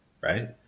Right